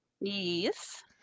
Yes